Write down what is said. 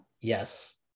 Yes